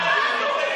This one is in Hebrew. נמשיך להתבולל.